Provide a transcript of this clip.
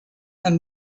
and